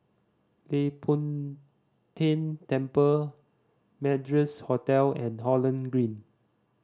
Leng Poh Tian Temple Madras Hotel and Holland Green